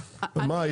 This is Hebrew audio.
מה,